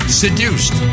seduced